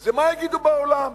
זה מה יגידו בעולם,